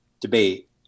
debate